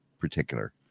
particular